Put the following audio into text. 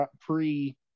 pre